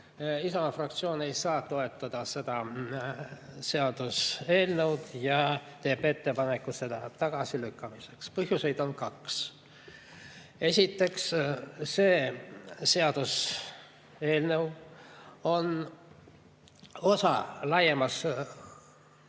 Isamaa fraktsioon ei saa toetada seda seaduseelnõu ja teeb ettepaneku selle tagasilükkamiseks. Põhjuseid on kaks. Esiteks, see seaduseelnõu on osa laiemast,